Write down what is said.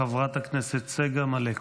חברת הכנסת צגה מלקו.